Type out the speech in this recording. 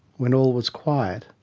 when all was quiet,